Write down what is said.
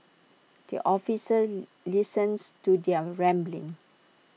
the officer listens to their rambling